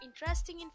interesting